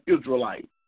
Israelite